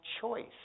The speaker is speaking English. choice